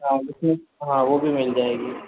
हाँ देखिए हाँ वो भी मिल जाएगी